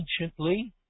anciently